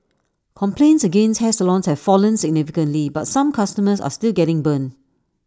complaints against hair salons have fallen significantly but some customers are still getting burnt